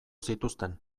zituzten